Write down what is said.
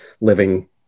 living